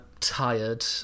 Tired